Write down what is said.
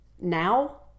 Now